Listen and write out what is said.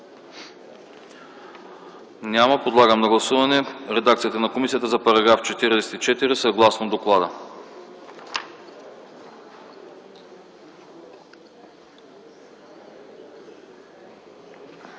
Няма. Подлагам на гласуване редакцията на комисията за § 52, съгласно доклада.